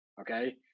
okay